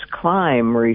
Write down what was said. climb